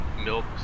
milk